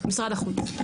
משרד החוץ.